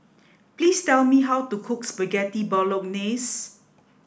please tell me how to cook Spaghetti Bolognese